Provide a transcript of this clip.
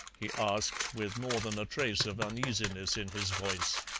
he asked, with more than a trace of uneasiness in his voice.